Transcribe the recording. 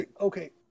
okay